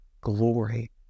glory